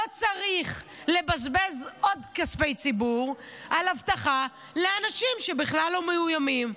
לא צריך לבזבז עוד כספי ציבור על אבטחה לאנשים שבכלל לא מאוימים.